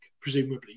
presumably